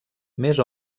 més